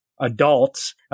adults